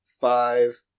five